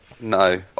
No